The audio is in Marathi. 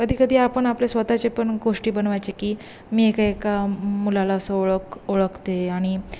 कधी कधी आपण आपल्या स्वतःचे पण गोष्टी बनवायचे की मी एका एका एका मुलाला असं ओळख ओळखते आणि